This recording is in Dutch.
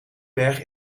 berg